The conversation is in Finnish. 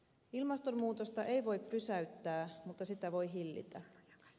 ilmastonmuutosta ei voi pysäyttää mutta sitä voi hillitä